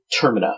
Termina